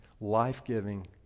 life-giving